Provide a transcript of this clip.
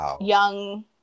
young